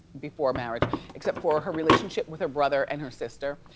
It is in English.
before marriage except for her relationship with her brother and her sister.